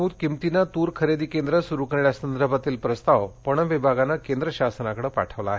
राज्यात आधारभूत किंमतीनं तूर खरेदी केंद्र सूरु करण्यासंदर्भातील प्रस्ताव पणन विभागानं केंद्र शासनाकडे पाठविला आहे